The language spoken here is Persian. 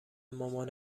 مامان